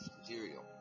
material